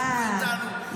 לא,